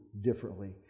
differently